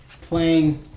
Playing